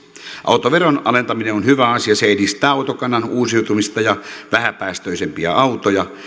autoveron alentaminen on hyvä asia se edistää autokannan uusiutumista ja vähäpäästöisempiä autoja